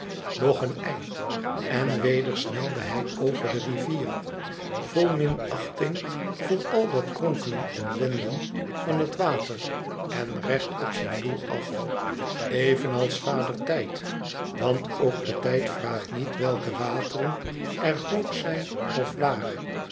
nog een eind en weder snelde hij over de rivier vol minachtmg voor al dat kronkelen en wenden van het water en recht op zijn doel af evenals vader tijd want ook de tijd vraagt niet welke wateren er hoog zijn of laag